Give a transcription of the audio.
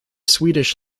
swedish